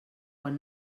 quan